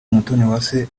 umutoniwase